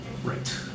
Right